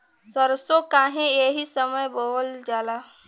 सरसो काहे एही समय बोवल जाला?